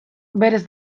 berez